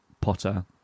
Potter